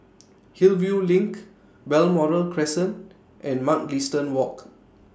Hillview LINK Balmoral Crescent and Mugliston Walk